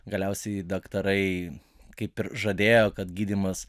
galiausiai daktarai kaip ir žadėjo kad gydymas